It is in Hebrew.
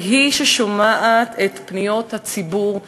והיא ששומעת את פניות הציבור בנושא.